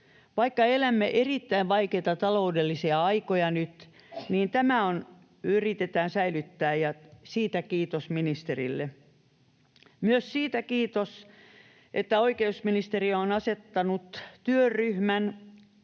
Vaikka elämme erittäin vaikeita taloudellisia aikoja nyt, niin tämä yritetään säilyttää, ja siitä kiitos ministerille. Myös siitä kiitos, että oikeusministeriö on asettanut työryhmän